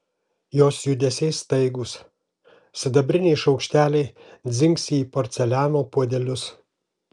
jos judesiai staigūs sidabriniai šaukšteliai dzingsi į porceliano puodelius